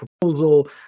proposal